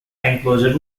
enclosure